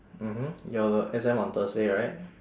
mmhmm your the exam on thursday right